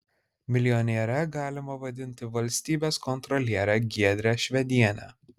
milijoniere galima vadinti valstybės kontrolierę giedrę švedienę